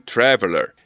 Traveler